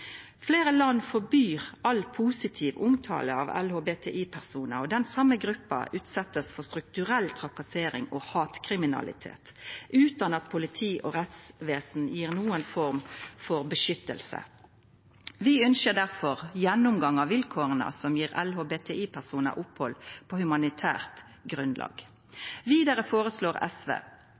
Fleire land forbyr all positiv omtale av LHBTI-personar, og den same gruppa blir utsett for strukturell trakassering og hatkriminalitet utan at politi og rettsvesen gir noen form for beskyttelse. Vi ynskjer difor gjennomgang av vilkåra som gir LHBTI-personar opphald på humanitært grunnlag. Vidare føreslår SV: